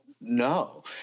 No